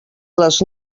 les